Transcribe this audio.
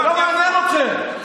זה לא מעניין אתכם.